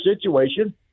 situation